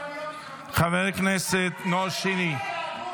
מה כואב לך על הבלניות, מה כואב לך?